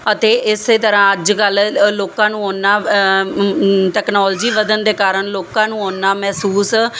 ਅਤੇ ਇਸੇ ਤਰ੍ਹਾਂ ਅੱਜ ਕੱਲ੍ਹ ਲ ਲੋਕਾਂ ਨੂੰ ਓਨਾ ਟੈਕਨੋਲਜੀ ਵਧਣ ਦੇ ਕਾਰਨ ਲੋਕਾਂ ਨੂੰ ਓਨਾ ਮਹਿਸੂਸ